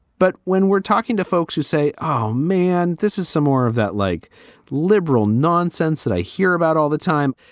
but when we're talking to folks who say, oh, man, this is some more of that, like liberal nonsense that i hear about all the time.